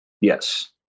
Yes